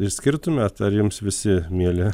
išskirtumėt ar jums visi mieli